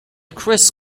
chris